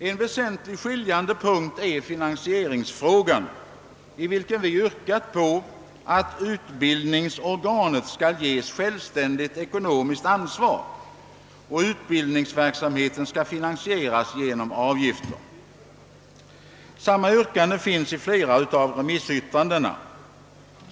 En väsentligt skiljande punkt är finansieringsfrågan, där vi har yrkat på att utbildningsorganet skall ges ett självständigt ekonomiskt ansvar och att utbildningsverksamheten skall finansieras genom avgifter. Samma yrkande återfinns i flera av remissyttrandena.